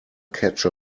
catch